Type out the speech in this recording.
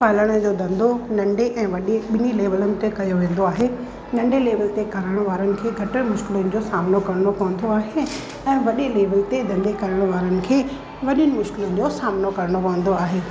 पालण जो धंधो नन्ढे ऐं वॾे ॿिन्ही लेवलनि ते कयो वेंदो आहे नन्ढे लेवल ते करणु वारनि खे घटि मुश्किलुनि जो सामनो करिणो पवंदो आहे ऐं वॾे लेवल ते धंधे करणु वारनि खे वॾियुनि मुश्किलनि जो सामनो करिणो पवंदो आहे